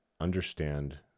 understand